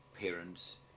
parents